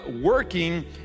working